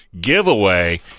Giveaway